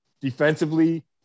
defensively